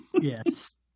yes